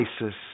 ISIS